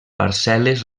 parcel·les